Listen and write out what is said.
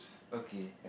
okay